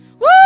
Woo